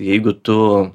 jeigu tu